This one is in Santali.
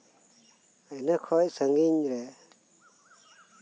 ᱤᱱᱟᱹ ᱠᱷᱚᱱ ᱥᱟᱺᱜᱤᱧ ᱨᱮ